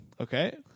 Okay